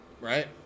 Right